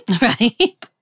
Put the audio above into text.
Right